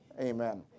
Amen